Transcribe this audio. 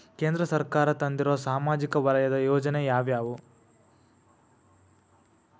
ಕೇಂದ್ರ ಸರ್ಕಾರ ತಂದಿರುವ ಸಾಮಾಜಿಕ ವಲಯದ ಯೋಜನೆ ಯಾವ್ಯಾವು?